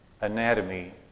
anatomy